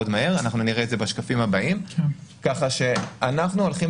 מהר אנחנו נראה את זה בשקפים הבאים ככה שאנחנו הולכים